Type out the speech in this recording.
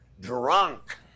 drunk